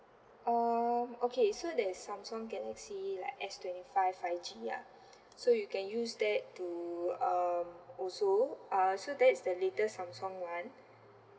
um okay so there's samsung galaxy like S twenty five five G ya so you can use that to um also uh so that is the latest samsung one